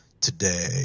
today